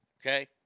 okay